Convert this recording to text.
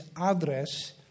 address